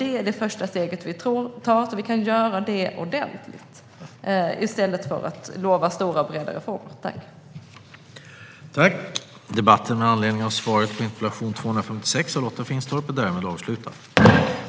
Det är det första steg vi tar, och vi ska göra det ordentligt, i stället för att lova stora och breda reformer. Svar på interpellationer